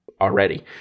already